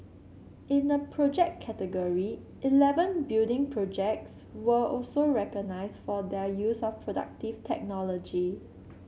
in the Project category eleven building projects were also recognised for their use of productive technology